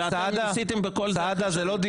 פה כנסת חדשה --- לא, זאב, אני לא מאפשר לך.